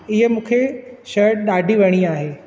इहा मूंखे शर्ट ॾाढी वणी आहे